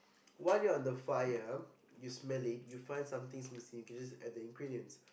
when you are at fire you smelly you find something since you can just add the ingredients